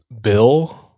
Bill